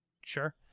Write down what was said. Sure